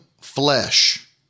flesh